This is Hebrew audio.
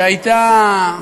שהייתה,